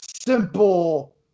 simple